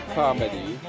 comedy